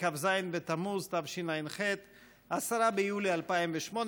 כ"ז בתמוז התשע"ח (10 ביולי 2018)